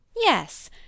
Yes